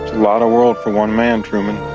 lot of world for one man, truman.